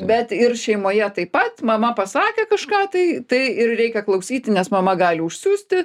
bet ir šeimoje taip pat mama pasakė kažką tai tai ir reikia klausyti nes mama gali užsiusti